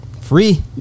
Free